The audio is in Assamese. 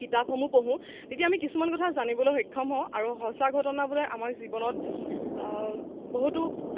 কিতাপসমূহ পঢ়ো তেতিয়া আমি কিছুমান কথা জানিবলৈ সক্ষম হওঁ আৰু সঁচা ঘটনাবোৰে আমাক জীৱনত বহুতো